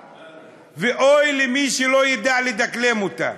"התקווה", ואוי למי שלא ידע לדקלם את זה.